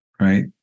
right